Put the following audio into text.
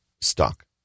Stock